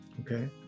Okay